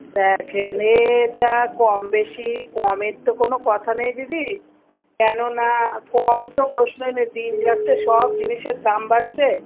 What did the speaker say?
দেখুন এটা কম বেশি কমের তো কোনো কথা নেই দিদি কেন না কম তো প্রশ্নই নেই দিন যাচ্ছে সব জিনিসের দাম বাড়ছে